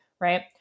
right